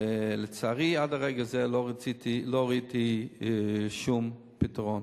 לצערי, עד רגע זה לא ראיתי שום פתרון.